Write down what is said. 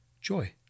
Joy